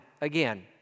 again